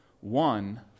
One